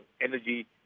energy